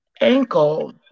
ankle